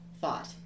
thought